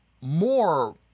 more